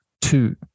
two